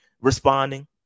responding